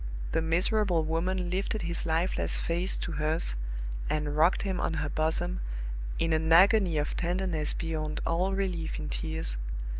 the miserable woman lifted his lifeless face to hers and rocked him on her bosom in an agony of tenderness beyond all relief in tears,